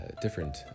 different